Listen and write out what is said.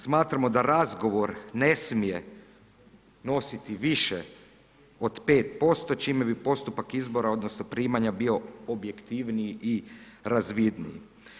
Smatramo da razgovor ne smije nositi više od 5%, čime bi postupak izbora odnosno primanja bio objektivniji i razvidniji.